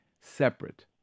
separate